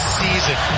season